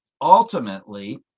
Ultimately